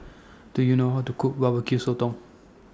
Do YOU know How to Cook Barbecue Sotong